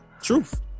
Truth